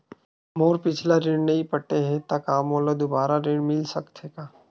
मोर पिछला ऋण नइ पटे हे त का मोला दुबारा ऋण मिल सकथे का?